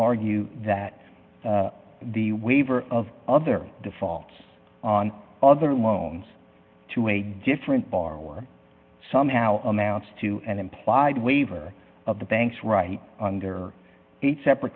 argue that the waiver of other defaults on other loans to a different borrower somehow amounts to an implied waiver of the bank's right under eight separate